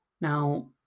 Now